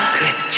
good